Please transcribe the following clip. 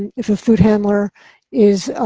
if a food handler is